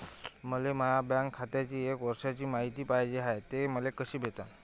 मले माया बँक खात्याची एक वर्षाची मायती पाहिजे हाय, ते मले कसी भेटनं?